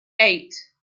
eight